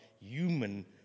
human